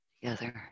together